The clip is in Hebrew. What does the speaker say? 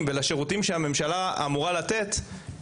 ולאט-לעט העולם נפתח והתחיל להשקיע כאן.